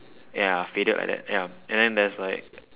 ya faded like that ya and then there's like